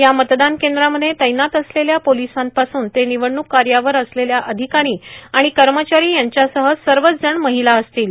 या मतदान कद्रांमध्ये तैनात असलेल्या पोर्टालसांपासून ते निवडणूक कायावर असलेल्या अधिकारी र्आणि कमचारो यांच्यासह सवच जण माहला असतील